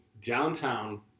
downtown